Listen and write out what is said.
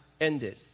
ended